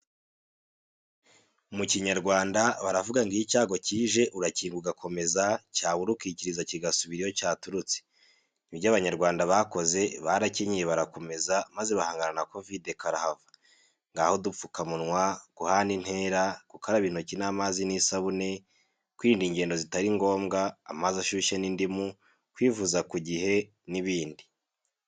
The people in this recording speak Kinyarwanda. Mu kinyarwanda batavuga ngo iyo icyago kije urakinga ugakomeza cyabura ucyikiriza Kigasubira iyo cyaturutse; nibyo abanyarwanda bakoze, barakenyeye barakomeza maze bahangana na kovide karahava; ngaho udupfukamunwa, guhana intera, gukaraba intoki n'amazi n'isabune, kwirinda ingendo zitari ngombwa, amazi ashyushye n'indimu, kwivuza ku gihe n'ibindi.